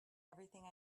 everything